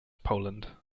poland